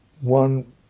one